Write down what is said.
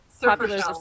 Popular